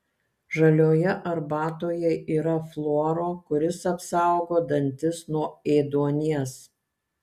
žalioje arbatoje yra fluoro kuris apsaugo dantis nuo ėduonies